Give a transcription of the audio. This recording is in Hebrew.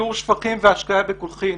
טיהור שפכים והשקיה בקולחין.